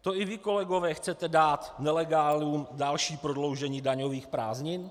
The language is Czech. To i vy, kolegové, chcete dát nelegálům další prodloužení daňových prázdnin?